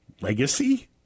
Legacy